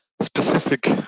specific